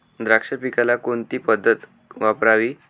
द्राक्ष पिकाला कोणती पद्धत वापरावी?